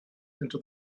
into